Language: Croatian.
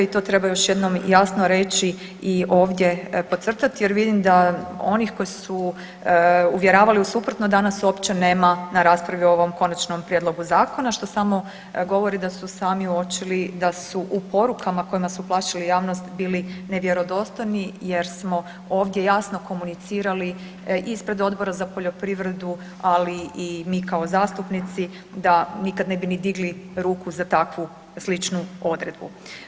I to treba još jednom jasno reći i ovdje podcrtati, jer vidim da onih koji su uvjeravali u suprotno danas uopće nema na raspravi o ovom Konačnom prijedlogu zakona, što samo govori da su sami uočili da su u porukama kojima su plašili javnost bili nevjerodostojni, jer smo ovdje jasno komunicirali ispred Odbora za poljoprivredu ali i mi kao zastupnici da nikada ne bi ni digli ruku za takvu sličnu odredbu.